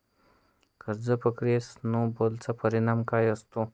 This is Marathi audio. कर्ज प्रक्रियेत स्नो बॉलचा परिणाम काय असतो?